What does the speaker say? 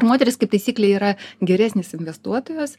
moteris kaip taisyklė yra geresnis investuotojas